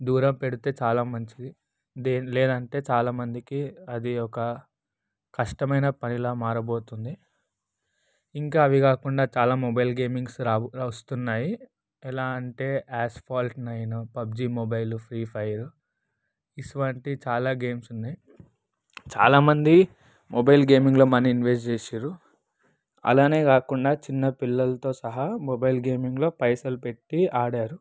దూరం పెడితే చాలా మంచిది దీని లేదంటే చాలా మందికి అది ఒక కష్టమైన పనిలా మారబోతుంది ఇంకా అవి కాకుండా చాలా మొబైల్ గేమింగ్స్ రావు వస్తున్నాయి ఎలా అంటే asphalt nine PUBG mobile free fire ఇటువంటి చాలా గేమ్స్ ఉన్నాయి చాలా మంది మొబైల్ గేమింగ్లో మనీ ఇన్వెస్ట్ చేసారు అలానే కాకుండా చిన్న పిల్లలతో సహా మొబైల్ గేమింగ్లో పైసలు పెట్టి ఆడారు